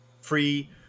free